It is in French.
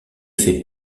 fait